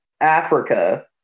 africa